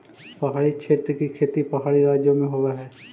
पहाड़ी क्षेत्र की खेती पहाड़ी राज्यों में होवअ हई